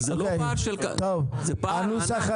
זה לא עיכוב של חמש שנים.